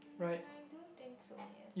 um I do think so yes